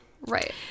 right